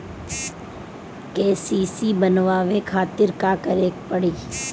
KCC बनवावे खातिर का करे के पड़ी?